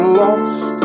lost